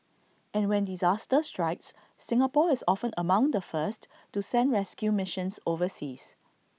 and when disaster strikes Singapore is often among the first to send rescue missions overseas